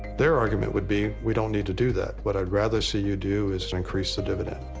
their argument would be, we don't need to do that. what i'd rather see you do is to increase the dividend.